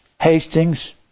Hastings